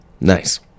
Nice